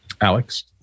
Alex